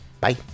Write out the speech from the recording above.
Bye